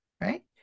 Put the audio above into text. right